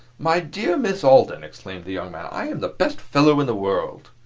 my dear miss alden, exclaimed the young man, i am the best fellow in the world!